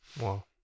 Wow